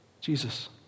Jesus